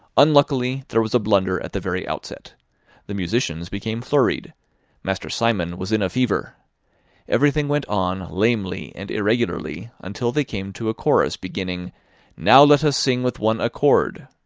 unluckily there was a blunder at the very outset the musicians became flurried master simon was in a fever everything went on lamely and irregularly until they came to a chorus beginning now let us sing with one accord,